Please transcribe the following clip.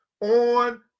on